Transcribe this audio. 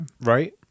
Right